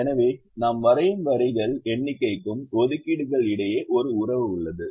எனவே நாம் வரையும் வரிகளின் எண்ணிக்கைக்கும் ஒதுக்கீடுகள் இடையே ஒரு உறவு உள்ளது